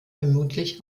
vermutlich